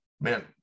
man